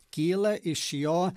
kyla iš jo